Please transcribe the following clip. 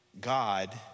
God